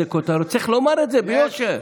צריך לומר את זה ביושר: